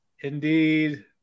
indeed